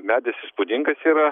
medis įspūdingas yra